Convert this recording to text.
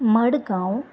Madgaon